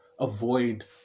avoid